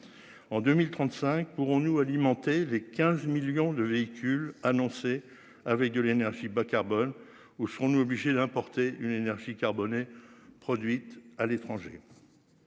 En 2035, pour nous alimenter les 15 millions de véhicules annoncé avec de l'énergie bas-carbone ou serons-nous obligés d'importer une énergie carbonée produite à l'étranger.